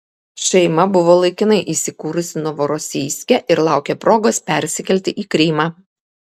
šeima buvo laikinai įsikūrusi novorosijske ir laukė progos persikelti į krymą